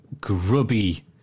grubby